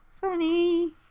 Funny